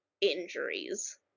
injuries